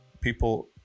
people